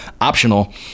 optional